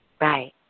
right